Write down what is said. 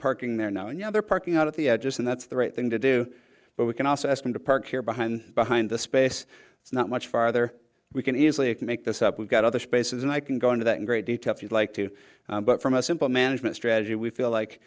parking there now and you know they're parking out at the edges and that's the right thing to do but we can also ask them to park here behind behind the space it's not much farther we can easily make this up we've got other spaces and i can go into that in great detail if you'd like to but from a simple management strategy we feel like